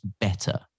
better